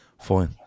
fine